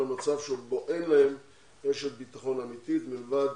למצב שבו אין להם רשת ביטחון אמיתית מלבד